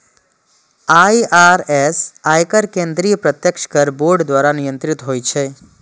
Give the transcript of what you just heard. IRS, आयकर केंद्रीय प्रत्यक्ष कर बोर्ड द्वारा नियंत्रित होइ छै